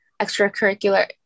extracurricular